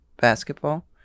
basketball